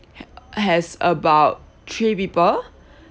h~ has about three people